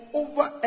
over